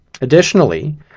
additionally